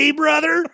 brother